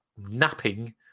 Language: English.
napping